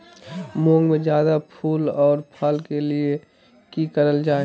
मुंग में जायदा फूल और फल के लिए की करल जाय?